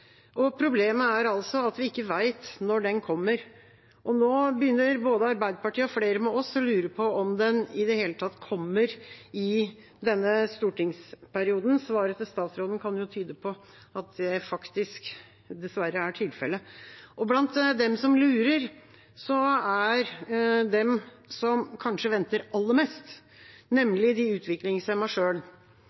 Problemet er at vi ikke vet når den kommer. Nå begynner både Arbeiderpartiet og flere med oss å lure på om den i det hele tatt kommer i denne stortingsperioden. Svaret til statsråden kan jo tyde på at det faktisk dessverre ikke er tilfellet. Blant dem som lurer, er de som kanskje venter aller mest, nemlig de